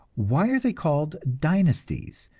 why are they called dynasties?